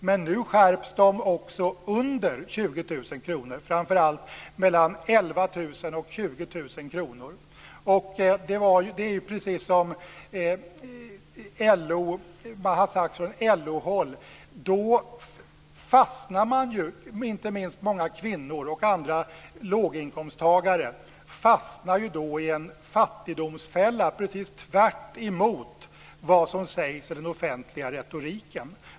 Men nu skärps de också under 20 000 kr. Det är precis som det har sagts från LO håll: Då fastnar inte minst många kvinnor och andra låginkomstagare i en fattigdomsfälla. Det är precis tvärtemot vad som sägs i den offentliga retoriken.